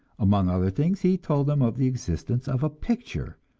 among other things, he told them of the existence of a picture,